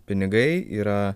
pinigai yra